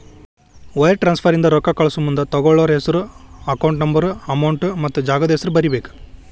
wire transfer ಇಂದ ರೊಕ್ಕಾ ಕಳಸಮುಂದ ತೊಗೋಳ್ಳೋರ್ ಹೆಸ್ರು ಅಕೌಂಟ್ ನಂಬರ್ ಅಮೌಂಟ್ ಮತ್ತ ಜಾಗದ್ ಹೆಸರ ಬರೇಬೇಕ್